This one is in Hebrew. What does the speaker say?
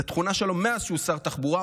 זו תכונה שלו מאז שהוא שר התחבורה.